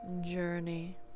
journey